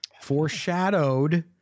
Foreshadowed